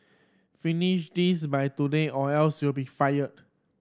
finish this by today or else you'll be fired